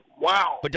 wow